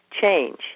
change